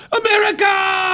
America